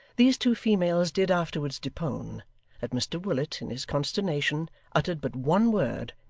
these two females did afterwards depone that mr willet in his consternation uttered but one word,